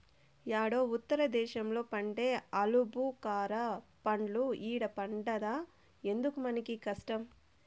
యేడో ఉత్తర దేశంలో పండే ఆలుబుకారా పండ్లు ఈడ పండద్దా ఎందుకు మనకీ కష్టం